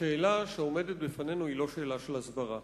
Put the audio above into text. השאלה שעומדת בפנינו היא לא שאלה של הסברה.